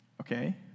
Okay